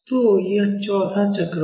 तो यह चौथा आधा चक्र होगा